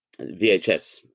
VHS